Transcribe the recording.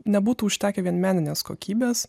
nebūtų užtekę vien meninės kokybės